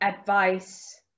advice